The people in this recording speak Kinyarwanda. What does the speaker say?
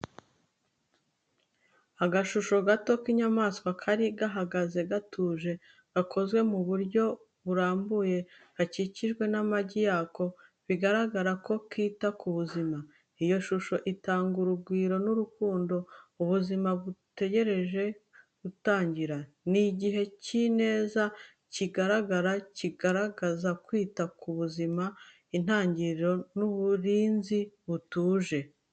Agashusho gato k’inyamaswa kari gahagaze gatuje, gakozwe mu buryo burambuye, gakikijwe n'amagi yako, bigaragara ko kita ku buzima. Iyo shusho itanga urugwiro n’urukundo, ubuzima butegereje gutangira. Ni igihe cy’ineza kigaragara, kigaragaza kwita ku buzima, intangiriro n’uburinzi butuje.